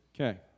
Okay